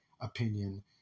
opinion